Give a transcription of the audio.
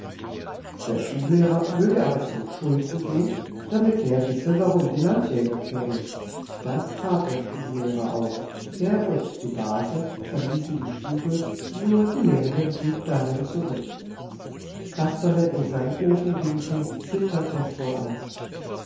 der schullehrer möge aber zum schulzen gehen damit der wisse warum die landjäger kämen das tat der schullehrer auch er und die base verließen die stube nur die lehrerin blieb darin zurück kasperle in seinem ofenwinkel zitterte vor angst